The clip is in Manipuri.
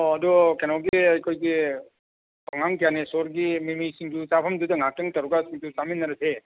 ꯑꯣ ꯑꯗꯣ ꯀꯩꯅꯣꯒꯤ ꯑꯩꯈꯣꯏꯒꯤ ꯊꯣꯉꯥꯝ ꯒ꯭ꯌꯥꯅꯦꯁꯣꯔꯒꯤ ꯃꯤꯃꯤ ꯁꯤꯡꯖꯨ ꯆꯥꯐꯝꯗꯨꯗ ꯉꯥꯏꯍꯥꯛꯇꯪ ꯇꯧꯔꯒ ꯁꯤꯡꯖꯨ ꯆꯥꯃꯤꯟꯅꯔꯨꯁꯦ